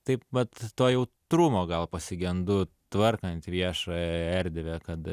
taip vat to jautrumo gal pasigendu tvarkant viešąją erdvę kad